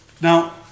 Now